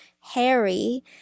Harry